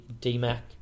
D-Mac